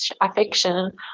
affection